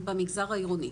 במגזר העירוני.